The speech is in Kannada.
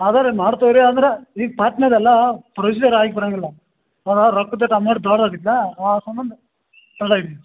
ಆದರೆ ಮಾಡ್ತೇವ್ರ್ಯ ಅಂದರೆ ಈಗ ಎಲ್ಲ ಪ್ರೆಶರ್ ಆಗಿ ಬರಂಗಿಲ್ಲ ಅದ ರೊಕ್ಕದೆ ತಮ್ಮಡ್ ಬಾಡ ಆತಿತ್ತ ಆ ಸಂಬಂಧ ತಗೊಳಗೆದೇವು